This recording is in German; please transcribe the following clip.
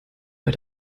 bei